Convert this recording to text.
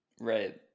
Right